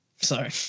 Sorry